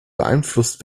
beeinflusst